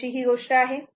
तर अशी ही गोष्ट आहे